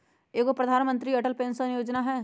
एगो प्रधानमंत्री अटल पेंसन योजना है?